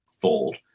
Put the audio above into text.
fold